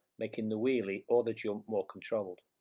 making the wheelie or the jump more controlled